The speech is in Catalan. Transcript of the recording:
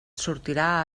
sortirà